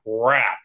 crap